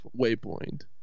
waypoint